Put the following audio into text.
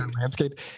landscape